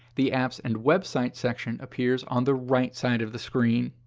the apps and websites section appears on the right side of the screen.